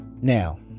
Now